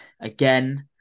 Again